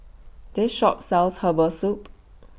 This Shop sells Herbal Soup